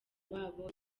babo